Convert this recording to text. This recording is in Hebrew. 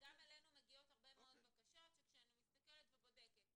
וגם אלינו מגיעות הרבה מאוד בקשות שכשאני מסתכלת ובודקת,